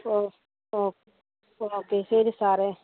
ഓ ഓ ഓക്കേ ശരി സാറേ